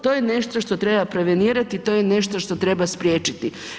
To je nešto što treba prevenirati i to je nešto što treba spriječiti.